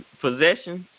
possessions